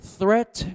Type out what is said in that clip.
threat